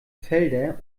felder